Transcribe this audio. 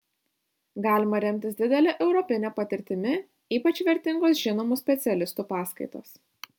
galima remtis didele europine patirtimi ypač vertingos žinomų specialistų paskaitos